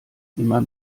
immer